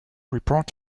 report